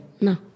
No